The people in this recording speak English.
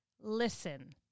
listen